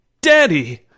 Daddy